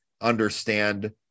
understand